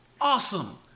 Awesome